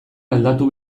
aldatu